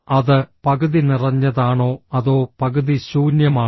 അത് പകുതി നിറഞ്ഞതാണോ അതോ പകുതി ശൂന്യമാണോ